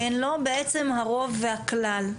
והן לא בעצם הרוב והכלל.